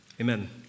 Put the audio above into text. Amen